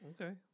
Okay